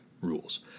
rules